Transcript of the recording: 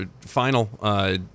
final